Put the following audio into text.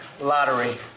lottery